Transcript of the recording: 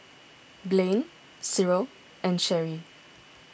Blane Cyril and Cherry